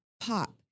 pop